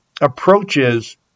approaches